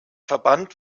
verband